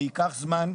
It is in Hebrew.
זה ייקח זמן,